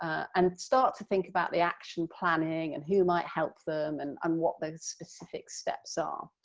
and start to think about the action planning, and who might help them and um what those specific steps are.